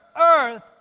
earth